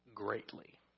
greatly